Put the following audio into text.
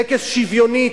טקס שוויוני,